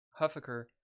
Huffaker